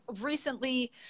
Recently